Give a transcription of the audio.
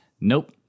Nope